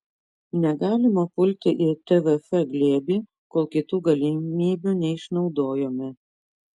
negalima pulti į tvf glėbį kol kitų galimybių neišnaudojome